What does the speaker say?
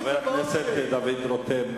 לא,